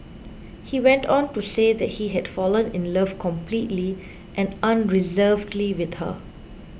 he went on to say that he had fallen in love completely and unreservedly with her